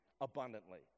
abundantly